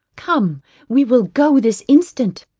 come we will go this instant.